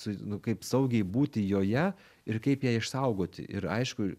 su nu kaip saugiai būti joje ir kaip ją išsaugoti ir aišku